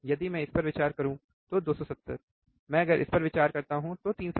यदि मैं इस पर विचार करता हूं तो 270 मैं अगर इस पर विचार करता हूं तो 360o